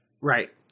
Right